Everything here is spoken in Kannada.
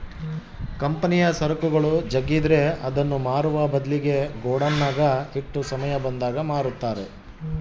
ಕಂಪನಿಯ ಸರಕುಗಳು ಜಗ್ಗಿದ್ರೆ ಅದನ್ನ ಮಾರುವ ಬದ್ಲಿಗೆ ಗೋಡೌನ್ನಗ ಇಟ್ಟು ಸಮಯ ಬಂದಾಗ ಮಾರುತ್ತಾರೆ